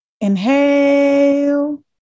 Inhale